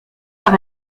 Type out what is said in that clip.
par